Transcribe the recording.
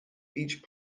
each